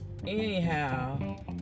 Anyhow